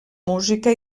música